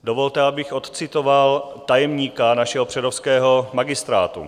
Dovolte, abych odcitoval tajemníka našeho přerovského magistrátu: